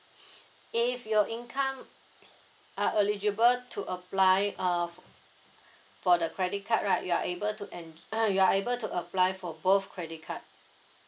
if your income are eligible to apply uh for the credit card right you are able to en~ you are able to apply for both credit card